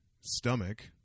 stomach